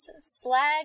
slag